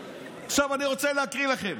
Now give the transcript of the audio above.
עכשיו, אני רוצה להקריא לכם.